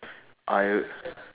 I